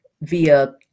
via